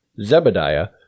Zebediah